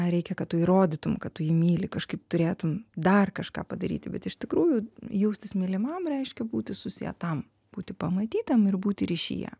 reikia kad tu įrodytum kad tu jį myli kažkaip turėtum dar kažką padaryti bet iš tikrųjų jaustis mylimam reiškia būti susietam būti pamatytam ir būti ryšyje